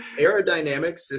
aerodynamics